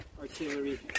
artillery